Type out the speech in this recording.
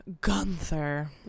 Gunther